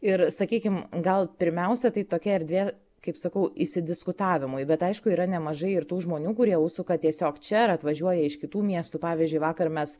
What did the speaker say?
ir sakykim gal pirmiausia tai tokia erdvė kaip sakau įsidiskutavimui bet aišku yra nemažai ir tų žmonių kurie užsuka tiesiog čia atvažiuoja iš kitų miestų pavyzdžiui vakar mes